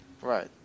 Right